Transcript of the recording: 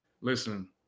listen